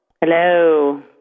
Hello